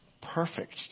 perfect